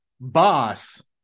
boss